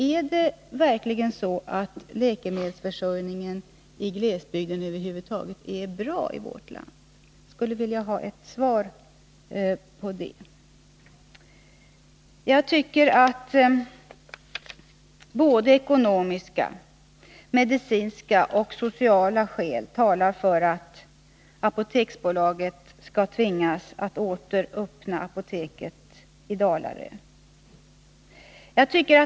Är verkligen läkemedelsförsörjningen i glesbygden bra i vårt land? — Jag skulle vilja ha svar på den frågan. Såväl ekonomiska och medicinska som sociala skäl talar för att Apoteksbolaget skall tvingas att åter öppna apoteket i Dalarö.